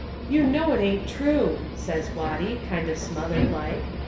you know it ain't true, says watty, kind of smothered-like.